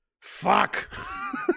fuck